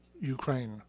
Ukraine